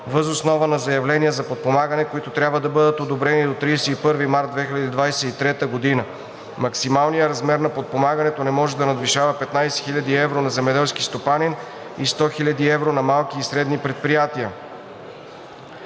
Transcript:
въз основа на заявления за подпомагане, които трябва да бъдат одобрени до 31 март 2023 г. Максималният размер на подпомагането не може да надвишава 15 000 евро на земеделски стопанин и 100 000 евро на малки и средни предприятия.